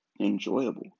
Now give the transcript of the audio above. enjoyable